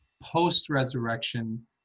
post-resurrection